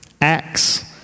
Acts